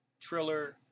triller